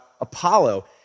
Apollo